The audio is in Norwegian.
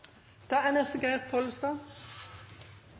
det er